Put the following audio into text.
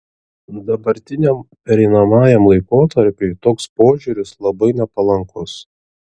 dabartiniam pereinamajam laikotarpiui toks požiūris labai nepalankus